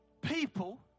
people